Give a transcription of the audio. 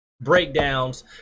breakdowns